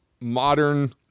modern